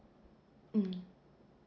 mm